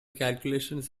calculations